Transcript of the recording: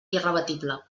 irrebatible